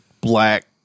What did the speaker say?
black